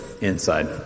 inside